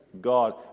God